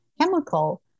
chemical